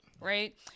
right